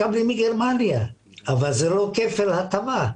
אבל זה לא כפל הטבה,